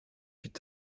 huit